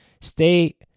Stay